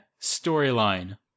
storyline